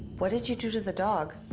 what did you do to the dog?